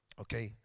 Okay